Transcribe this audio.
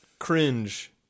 cringe